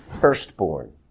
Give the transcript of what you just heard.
firstborn